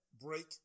break